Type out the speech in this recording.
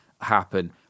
happen